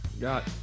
Got